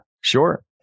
sure